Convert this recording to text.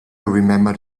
remembered